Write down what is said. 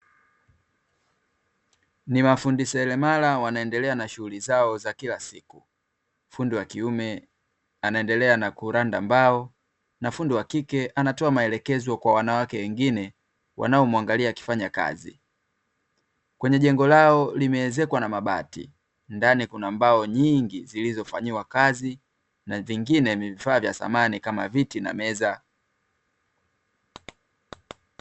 Ni mafundi seremala wanaendelea na shughuli zao za kila siku, fundi wa kiume anaendelea na kuranda mbao na fundi wa kike anatoa maelekezo kwa wanawake wengine wanaomuangalia akifanya kazi. Kwenye jengo lao limeezekwa na mabati ndani kuna mbao nyingi zilizofanyiwa kazi na zingine ni vifaa vya samani kama viti na meza.